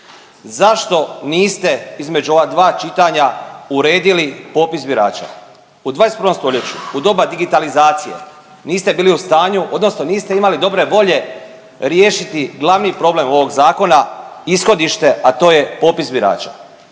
Zašto niste između ova dva čitanja uredili popis birača? U 21. stoljeću, u doba digitalizacije niste bili u stanju odnosno niste imali dobre volje riješiti glavni problem ovog zakona ishodište, a to je popis birača.